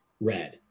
Red